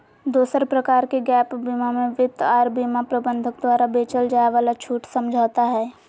दोसर प्रकार के गैप बीमा मे वित्त आर बीमा प्रबंधक द्वारा बेचल जाय वाला छूट समझौता हय